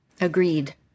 Agreed